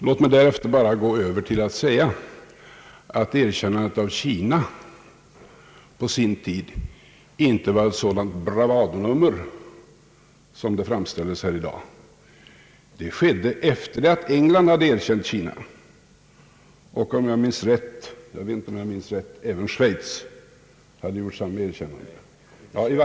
Låt mig därefter säga att erkännandet av Kina på sin tid inte var ett sådant bravurnummer som det här har framställts. Det skedde efter det att England och om jag minns rätt även Schweiz hade erkänt Kina.